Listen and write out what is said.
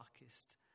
darkest